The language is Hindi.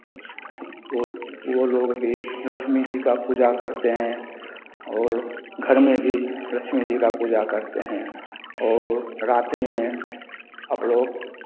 उस वो वो लोग भी लक्ष्मी जी का पूजा करते हैं और घर में भी लक्ष्मी जी का पूजा करते हैं और रात्रि में हमलोग